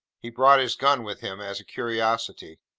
he brought his gun with him, as a curiosity.